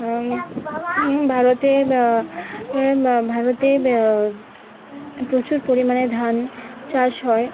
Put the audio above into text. ভারতে ভারতে প্রচুর পরিমাণে ধান চাষ হয়